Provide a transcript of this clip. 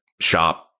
shop